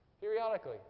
Periodically